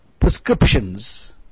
prescriptions